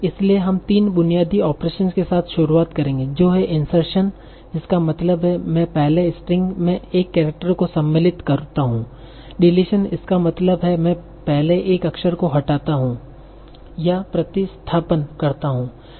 इसलिए हम तीन बुनियादी ओपरेसंस के साथ शुरुआत करेंगे जो है इंसर्शन जिसका मतलब मैं पहले स्ट्रिंग में एक केरेक्टर को सम्मिलित करता हूं डिलीशन इसका मतलब है मैं पहले एक अक्षर को हटाता हूं या प्रतिस्थापन करता हूं